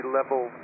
level